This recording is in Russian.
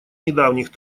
недавних